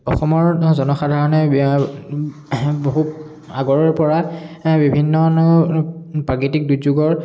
অসমৰ জনসাধাৰণে বহু আগৰ পৰা বিভিন্ন প্ৰাকৃতিক দুৰ্যোগৰ